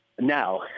Now